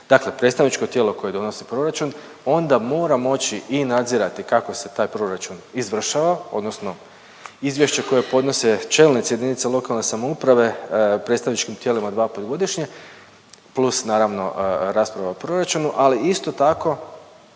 Dakle predstavničko tijelo koje donosi proračun, onda mora moći i nadzirati kako se taj proračun izvršava odnosno izvješće koje podnose čelnici jedinica lokalne samouprave predstavničkim tijelima dva put godišnje plus naravno rasprava o proračunu ali isto tako